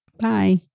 Bye